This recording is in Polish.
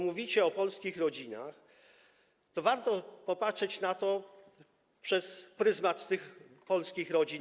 Mówicie o polskich rodzinach, to warto popatrzeć na to może właśnie przez pryzmat tych polskich rodzin.